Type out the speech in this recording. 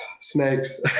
snakes